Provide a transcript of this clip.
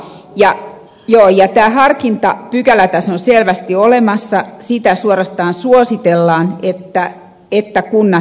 joo tämä harkintapykälä tässä on selvästi olemassa sitä suorastaan suositellaan että kunnat käyttävät